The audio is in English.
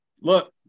look